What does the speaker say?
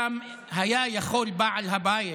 ששם היה יכול בעל הבית